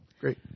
Great